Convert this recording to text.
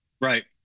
Right